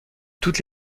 toutes